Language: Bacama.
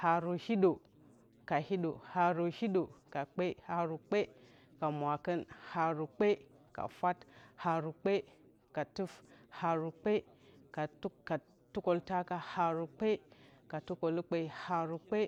Haru hiɗǝ ka hiɗǝ haru hiɗǝ ka kpe haru hiɗǝ ka mwakɨn haru kpe ka kpe haru kpe ka mwakɨn haru kpe ka fwat haru kpe ka tuf haru kpe ka tukǝltaka haru kpe ka tǝkǝlukpe haru kpe